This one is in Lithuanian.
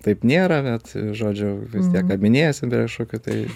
taip nėra bet žodžiu vis tiek kabinėjasi dėl kažkokių tai